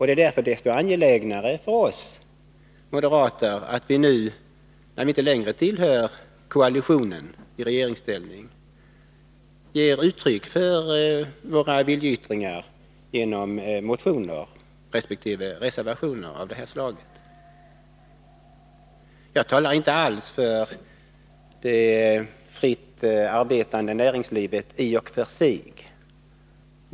Det är därför desto angelägnare för oss moderater att nu, när vi inte längre tillhör koalitionen i regeringsställning, ge uttryck för vår vilja genom motioner resp. reservationer av det här slaget. Jag talar inte alls för det fritt arbetande näringslivet i och för sig.